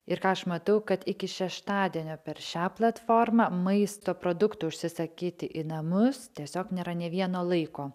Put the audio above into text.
ir ką aš matau kad iki šeštadienio per šią platformą maisto produktų užsisakyti į namus tiesiog nėra nei vieno laiko